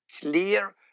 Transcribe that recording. clear